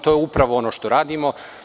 To je upravo ono što radimo.